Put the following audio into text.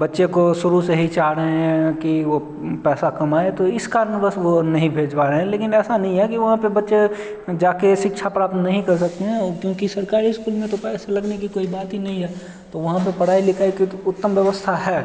बच्चे को शुरू से ही चाह रहे हैं कि वह पैसा कमाए तो इस कारण बस वह नहीं भेज पा रहे हैं लेकिन ऐसा नहीं है कि वहाँ पर बच्चे जा कर शिक्षा प्राप्त नहीं कर सकते हैं और क्योंकि सरकारी स्कूल में तो पैसा लगने कि तो कोई बात ही नहीं है वो वहाँ पर पढ़ाई लिखाई की उत्तम व्यवस्था है